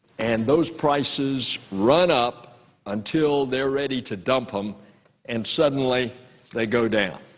and those prices run up until they're ready to dump them and suddenly they go down.